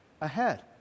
ahead